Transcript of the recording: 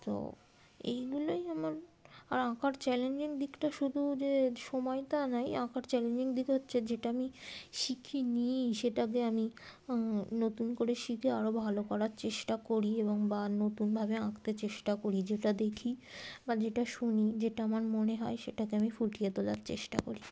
তো এইগুলোই আমার আর আঁকার চ্যালেঞ্জিং দিকটা শুধু যে সময় তা নয় আঁকার চ্যালেঞ্জিং দিক হচ্ছে যেটা আমি শিখিনি সেটাকে আমি নতুন করে শিখে আরও ভালো করার চেষ্টা করি এবং বা নতুনভাবে আঁকতে চেষ্টা করি যেটা দেখি বা যেটা শুনি যেটা আমার মনে হয় সেটাকে আমি ফুটিয়ে তোলার চেষ্টা করি